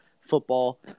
football